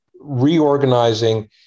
reorganizing